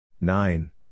Nine